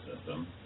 system